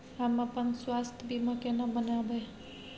हम अपन स्वास्थ बीमा केना बनाबै?